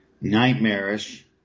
nightmarish